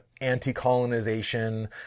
anti-colonization